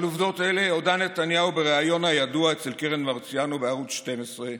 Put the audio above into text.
בעובדות הודה נתניהו בריאיון הידוע אצל קרן מרציאנו בערוץ 12,